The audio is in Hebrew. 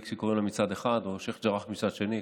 מצד שני,